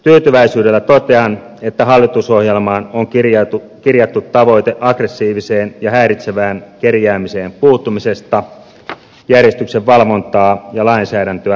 tyytyväisyydellä totean että hallitusohjelmaan on kirjattu tavoite aggressiiviseen ja häiritsevään kerjäämiseen puuttumisesta järjestyksenvalvontaa ja lainsäädäntöä kehittämällä